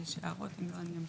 יש הערות?